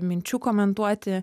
minčių komentuoti